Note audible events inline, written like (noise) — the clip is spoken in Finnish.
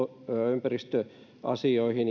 ympäristöasioihin (unintelligible)